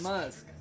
Musk